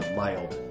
mild